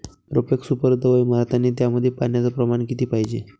Profex super दवाई मारतानी त्यामंदी पान्याचं प्रमाण किती पायजे?